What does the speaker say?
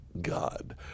God